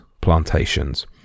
plantations